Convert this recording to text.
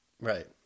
right